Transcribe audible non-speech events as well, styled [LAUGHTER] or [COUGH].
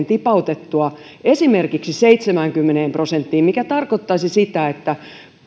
[UNINTELLIGIBLE] tipautettua esimerkiksi seitsemäänkymmeneen prosenttiin mikä tarkoittaisi sitä että